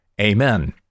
Amen